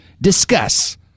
discuss